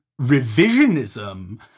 revisionism